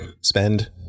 spend